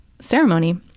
ceremony